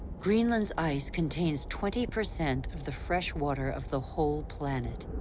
greenland's ice contains twenty percent of the freshwater of the whole planet.